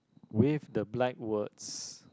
with the black words